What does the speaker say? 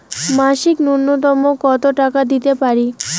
মাসিক নূন্যতম কত টাকা দিতে পারি?